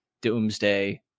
doomsday